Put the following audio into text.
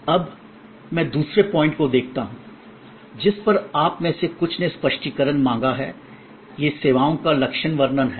अब मैं दूसरे पॉइंट को देखता हूं जिस पर आप में से कुछ ने स्पष्टीकरण मांगा है ये सेवाओं का लक्षण वर्णन है